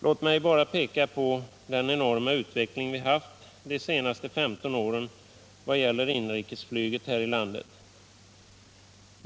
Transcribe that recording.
Låt mig bara peka på den enorma utveckling vi haft de senaste 15 åren vad gäller inrikesflyget här i landet.